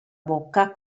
bocca